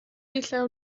llew